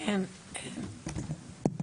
אז